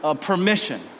permission